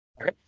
Okay